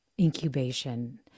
Incubation